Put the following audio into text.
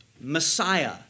Messiah